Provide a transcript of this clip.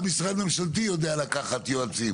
גם משרד ממשלתי יודע לקחת יועצים